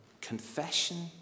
Confession